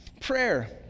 prayer